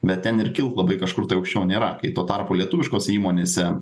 bet ten ir kilt labai kažkur tai aukščiau nėra kai tuo tarpu lietuviškose įmonėse